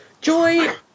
Joy